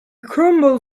crumble